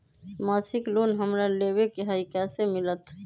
मासिक लोन हमरा लेवे के हई कैसे मिलत?